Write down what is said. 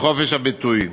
בחופש הביטוי.